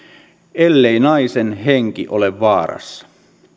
ellei naisen henki ole vaarassa